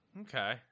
Okay